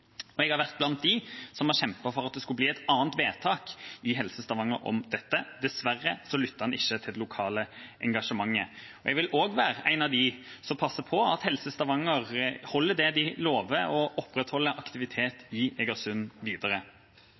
skulle bli et annet vedtak i Helse Stavanger om dette. Dessverre lyttet en ikke til det lokale engasjementet. Jeg vil også være en av dem som passer på at Helse Stavanger holder det de lover og opprettholder aktivitet i Egersund videre.